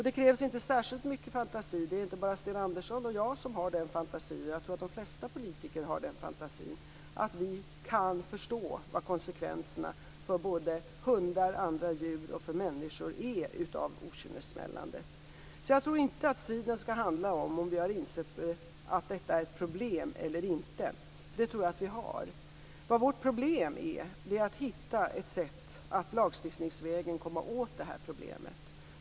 Det krävs inte särskilt mycket fantasi - det är inte bara Sten Andersson och jag som har den fantasin, jag tror att de flesta politiker har den fantasin - att vi kan förstå vad konsekvenserna för hundar, andra djur och människor är av okynnessmällandet. Striden skall inte handla om huruvida vi har insett att detta är ett problem eller inte. Vårt bekymmer är att hitta ett sätt att lagstiftningsvägen komma åt problemet.